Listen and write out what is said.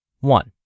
One